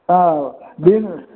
ah been